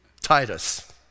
Titus